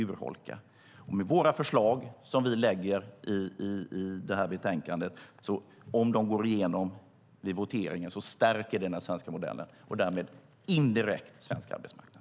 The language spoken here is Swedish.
De förslag som vi lägger fram i det här betänkandet, om de går igenom vid voteringen, stärker den svenska modellen och därmed indirekt svensk arbetsmarknad.